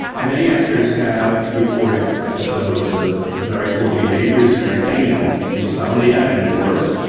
many actors have reported episodes of very poor behaviours, drinking, and insomnia and worse,